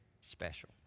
special